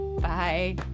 Bye